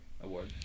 Award